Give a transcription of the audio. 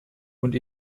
und